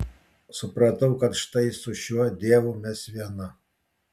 supratau kad štai su šiuo dievu mes viena